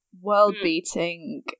world-beating